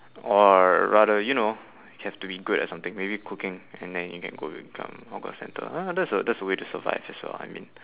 or rather you know have to be good at something maybe cooking and then you can cook in some hawker centre ah that's a that's a way to survive as well I mean